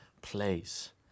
place